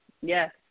Yes